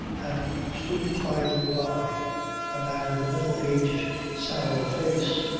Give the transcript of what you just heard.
and stood quietly by a man with a middle-aged, sallow face,